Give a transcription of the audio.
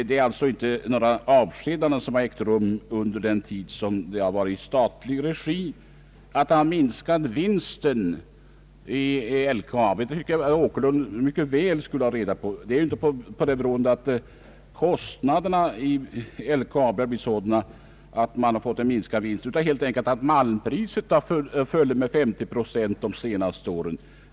Det har således inte förekommit några avskedanden under den tid bolaget drivits i statlig regi. Varför vinsten hos LKAB minskat tycker jag att herr Åkerlund mycket väl borde ha reda på. Det har inte berott på att kostnaderna ökat, utan helt enkelt på att malmpriset har fallit med 50 procent under de senaste åren.